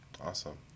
Awesome